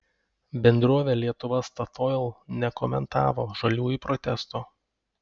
bendrovė lietuva statoil nekomentavo žaliųjų protesto